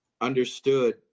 understood